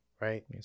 Right